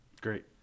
great